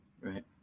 right